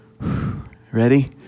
Ready